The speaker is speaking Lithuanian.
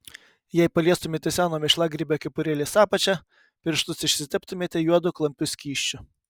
jei paliestumėte seno mėšlagrybio kepurėlės apačią pirštus išsiteptumėte juodu klampiu skysčiu